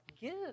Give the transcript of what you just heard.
give